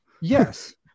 yes